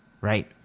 Right